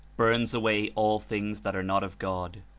burns away all things that are not of god.